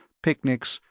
picnics,